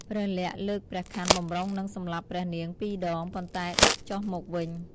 ព្រះលក្សណ៍លើកព្រះខ័នបម្រុងនឹងសម្លាប់ព្រះនាងពីរដង ប៉ុន្តែដាក់ចុះមកវិញ។